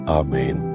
amen